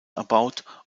erbaut